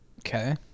Okay